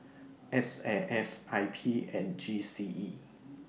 S A F I P and G C E